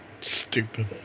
stupid